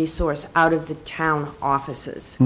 resource out of the town offices